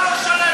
לצעוק.